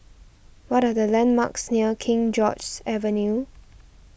what are the landmarks near King George's Avenue